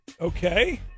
Okay